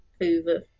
over